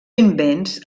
invents